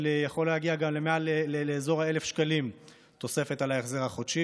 שיכולה להגיע גם לאזור ה-1,000 שקלים תוספת על ההחזר החודשי,